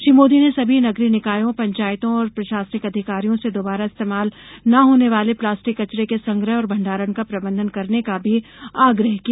श्री मोदी ने सभी नगरीय निकायो पंचायतो और प्रशासनिक अधिकारियों से दोबारा इस्तेमाल न होने वाले प्लास्टिक कचरे के संग्रह और भण्डारण का प्रबंधन करने का भी आग्रह किया